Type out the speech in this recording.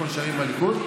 אנחנו נשארים עם הליכוד,